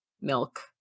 milk